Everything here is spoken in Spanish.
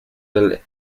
del